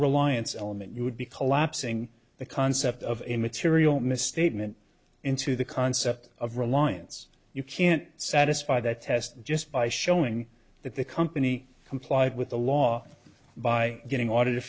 reliance element you would be collapsing the concept of immaterial misstatement into the concept of reliance you can't satisfy that test just by showing that the company complied with the law by getting audited